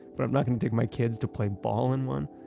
but i'm not gonna take my kids to play ball in one.